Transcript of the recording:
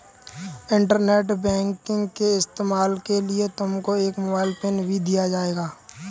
internet banking के इस्तेमाल के लिए तुमको एक मोबाइल पिन भी दिया जाएगा